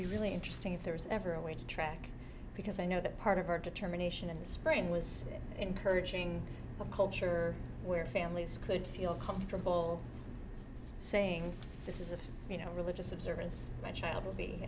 be really interesting if there's ever a way to track because i know that part of our determination in the spring was encouraging a culture where families could feel comfortable saying this is a you know religious observance my child will be